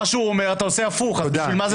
מה שהוא אומר אתה עושה הפוך, אז בשביל מה זה טוב?